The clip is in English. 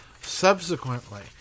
Subsequently